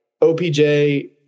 OPJ